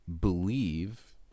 believe